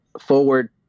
Forward